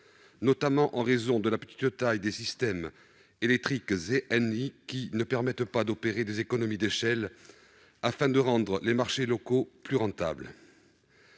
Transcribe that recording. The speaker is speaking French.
notamment en raison de la petite taille des systèmes électriques des ZNI, qui ne permettent pas d'opérer des économies d'échelle afin de rendre les marchés locaux plus rentables.